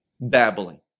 babbling